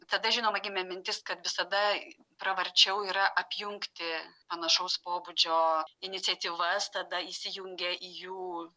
tada žinoma gimė mintis kad visada pravarčiau yra apjungti panašaus pobūdžio iniciatyvas tada įsijungia į jų